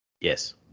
Yes